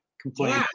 complain